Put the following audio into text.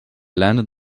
landed